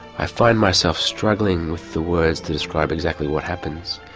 i find myself struggling with the words to describe exactly what happens.